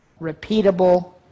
repeatable